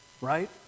right